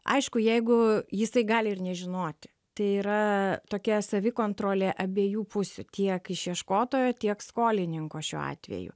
aišku jeigu jisai gali ir nežinoti tai yra tokia savikontrolė abiejų pusių tiek išieškotojo tiek skolininko šiuo atveju